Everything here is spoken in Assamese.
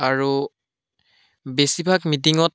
আৰু বেছিভাগ মিটিঙত